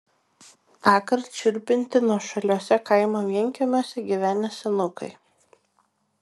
tąkart šiurpinti nuošaliuose kaimo vienkiemiuose gyvenę senukai